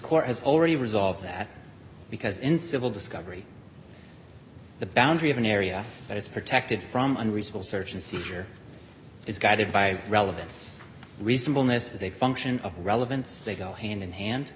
court has already resolved that because in civil discovery the boundary of an area that is protected from unreasonable search and seizure is guided by relevance recent illness is a function of relevance they go hand in hand